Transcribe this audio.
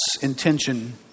intention